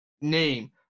name